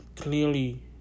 clearly